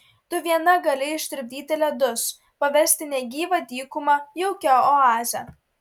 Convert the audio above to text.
tu viena gali ištirpdyti ledus paversti negyvą dykumą jaukia oaze